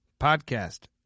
Podcast